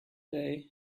day